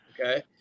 Okay